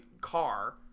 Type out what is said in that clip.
car